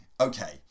okay